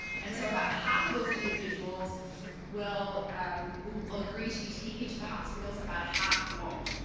and so about half of those individuals will will agree to be taken to the hospital, about half won't,